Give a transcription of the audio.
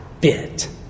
bit